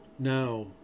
Now